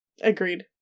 Agreed